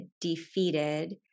defeated